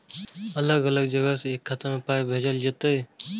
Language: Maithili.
अलग अलग जगह से एक खाता मे पाय भैजल जेततै?